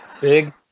big